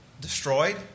destroyed